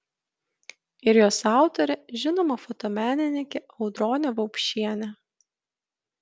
ir jos autorė žinoma fotomenininkė audronė vaupšienė